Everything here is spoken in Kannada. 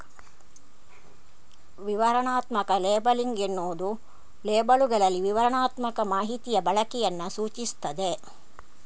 ವಿವರಣಾತ್ಮಕ ಲೇಬಲಿಂಗ್ ಎನ್ನುವುದು ಲೇಬಲ್ಲುಗಳಲ್ಲಿ ವಿವರಣಾತ್ಮಕ ಮಾಹಿತಿಯ ಬಳಕೆಯನ್ನ ಸೂಚಿಸ್ತದೆ